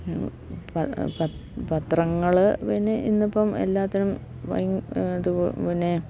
പത്രങ്ങൾ പിന്നെ ഇന്നിപ്പം എല്ലാറ്റിനും ഇത് പിന്നെ